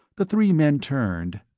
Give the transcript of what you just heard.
the three men turned.